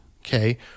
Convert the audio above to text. okay